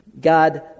God